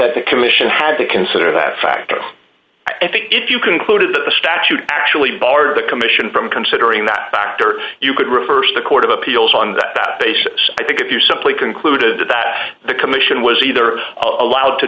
that the commission had to consider that factor i think if you concluded that the statute actually barred the commission from considering that fact or you could reverse the court of appeals on that basis i think if you simply concluded that the commission was either allowed to